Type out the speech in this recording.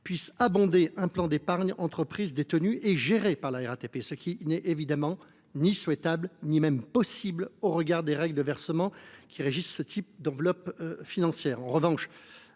puissent abonder un plan d’épargne entreprise détenu et géré par l’établissement public, ce qui n’est évidemment ni souhaitable ni même possible au regard des règles de versement qui régissent ce type d’enveloppe financière.